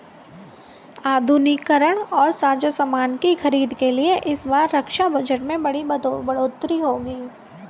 आधुनिकीकरण और साजोसामान की खरीद के लिए इस बार रक्षा बजट में बड़ी बढ़ोतरी होगी